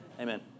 Amen